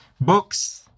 books